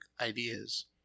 ideas